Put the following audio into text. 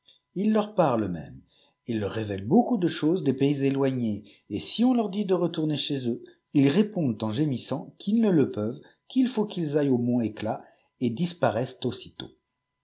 ils leur partent itiême et mi'fivèaèil ikéqcrap dl ëbëâé des pays éloignés et si on leur dit de retourner chez eux ils répondent en gémissant yjt'ïk ne le peuvent qu'il ut qu'ils aillent au mont hécla et disparaissent aussitôt